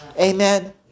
Amen